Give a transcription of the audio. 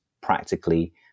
practically